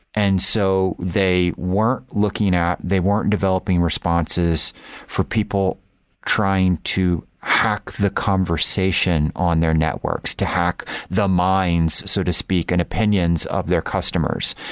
and so they weren't looking at, they weren't developing responses for people trying to hack the conversation on their networks, to hack the minds so to speak and opinions of their customers.